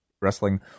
wrestling